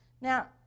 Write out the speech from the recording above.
Now